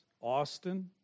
Austin